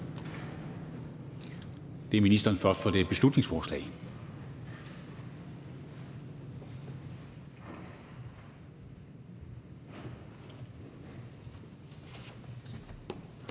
Det er ministeren først, for det er et beslutningsforslag.